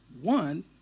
One